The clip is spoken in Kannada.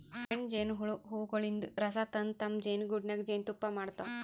ಹೆಣ್ಣ್ ಜೇನಹುಳ ಹೂವಗೊಳಿನ್ದ್ ರಸ ತಂದ್ ತಮ್ಮ್ ಜೇನಿಗೂಡಿನಾಗ್ ಜೇನ್ತುಪ್ಪಾ ಮಾಡ್ತಾವ್